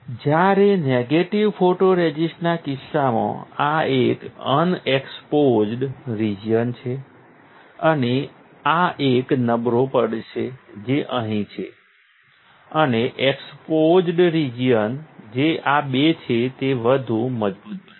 જ્યારે નેગેટિવ ફોટોરઝિસ્ટના કિસ્સામાં આ એક અનએક્સપોઝ્ડ રિજિઅન છે અને આ એક નબળો પડશે જે અહીં છે અને એક્સપોઝ્ડ રિજિઅન જે આ બે છે તે વધુ મજબૂત બને છે